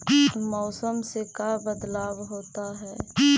मौसम से का बदलाव होता है?